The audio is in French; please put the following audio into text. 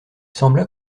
sembla